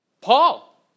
Paul